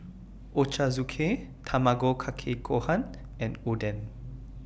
Ochazuke Tamago Kake Gohan and Oden